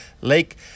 Lake